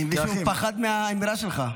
אני מבין שהוא פחד מהאמירה שלך.